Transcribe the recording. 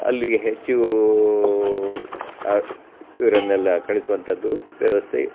ಅಲ್ಲಿಗೆ ಹೆಚ್ಚು ಆ ಇವರನ್ನೆಲ್ಲ ಕಳಿಸುವಂಥದ್ದು ವ್ಯವಸ್ಥೆ